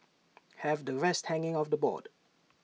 have the rest hanging off the board